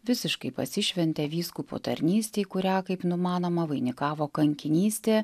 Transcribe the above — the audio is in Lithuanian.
visiškai pasišventė vyskupo tarnystei kurią kaip numanoma vainikavo kankinystė